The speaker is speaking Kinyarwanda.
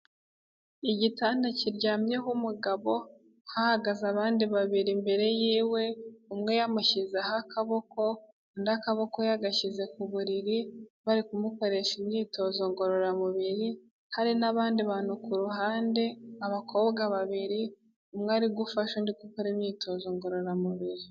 Igitanda kiryamyeho umugabo, hahagaze abandi babiri imbere yiwe, umwe yamushyizeho akaboko, undi akaboko yagashyize ku buriri, bari kumukoresha imyitozo ngororamubiri, hari n'abandi bantu ku ruhande, abakobwa babiri, umwe ari gufasha undi gukora imyitozo ngororamubiri.